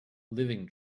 living